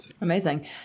amazing